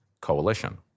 coalition